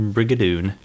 Brigadoon